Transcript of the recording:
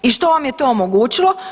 I što vam je to omogućilo?